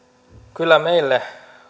kyllä meille